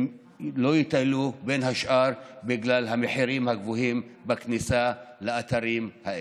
הם לא יטיילו בין השאר בגלל המחירים הגבוהים בכניסה לאתרים האלה.